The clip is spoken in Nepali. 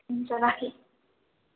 हुन्छ राखेँ